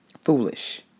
foolish